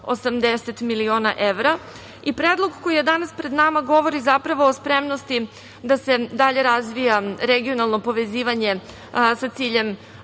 80 miliona evra. Predlog koji je danas pred nama govori zapravo o spremnosti da se dalje razvija regionalno povezivanje sa ciljem